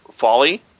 folly